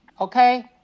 Okay